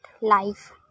life